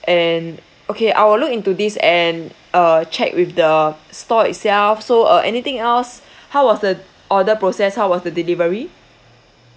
and okay I will look into this and uh check with the store itself so uh anything else how was the order process how was the delivery